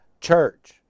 church